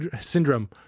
Syndrome